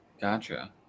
Gotcha